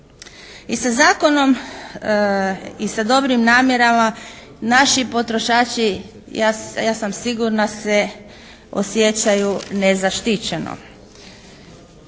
I sa zakonom i sa dobrim namjerama naši potrošači ja sam sigurna se osjećaju nezaštićeno.